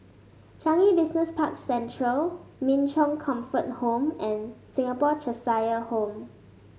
Changi Business Park Central Min Chong Comfort Home and Singapore Cheshire Home